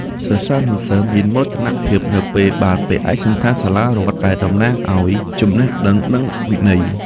សិស្សានុសិស្សមានមោទនភាពនៅពេលបានពាក់ឯកសណ្ឋានសាលារដ្ឋដែលតំណាងឱ្យចំណេះដឹងនិងវិន័យ។